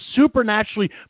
supernaturally